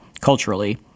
culturally